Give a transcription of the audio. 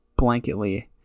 blanketly